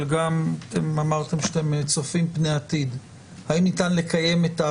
רשאי הוא להורות על קיומה של